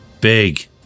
big